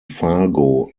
fargo